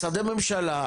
משרדי ממשלה,